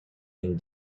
une